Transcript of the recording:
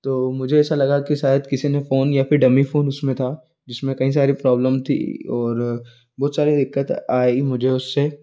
तो मुझे ऐसा लगा की शायद किसी ने फोन या फिर डमी फोन उसमें था जिसमें कई सारी प्रॉबलम थी और बहुत सारे दिक्कत आई मुझे उससे